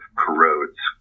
corrodes